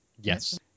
Yes